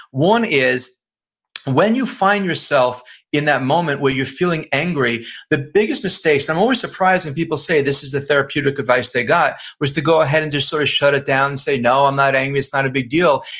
one is when you find yourself in that moment where you're feeling angry the biggest mistakes, i'm always surprised when and people say this is a therapeutic advice they got, was to go ahead and just sort of shut it down and say no i'm not angry, it's not a big deal,